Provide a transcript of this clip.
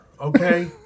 okay